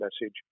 message